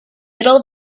middle